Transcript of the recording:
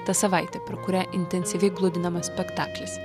tą savaitę pro kurią intensyviai gludinamas spektaklis